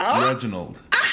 Reginald